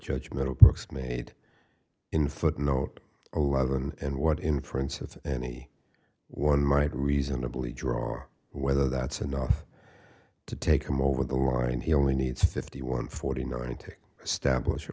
judgment of brooks made in footnote eleven and what inference of any one might reasonably draw whether that's enough to take him over the line he only needs fifty one forty nine to establish